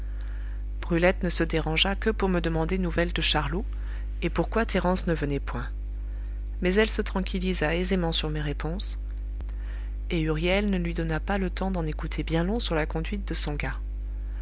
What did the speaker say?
brulette ne se dérangea que pour me demander nouvelles de charlot et pourquoi thérence ne venait point mais elle se tranquillisa aisément sur mes réponses et huriel ne lui donna pas le temps d'en écouter bien long sur la conduite de son gars